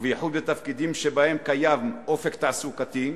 ובייחוד בתפקידים שבהם קיים אופק תעסוקתי,